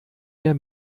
mehr